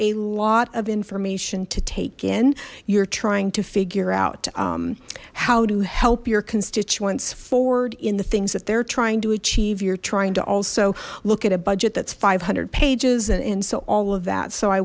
a lot of information to take in you're trying to figure out how to help your constituents forward in the things that they're trying to achieve you're trying to also look at a budget that's five hundred pages and so all of that so i